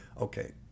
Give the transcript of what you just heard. Okay